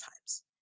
times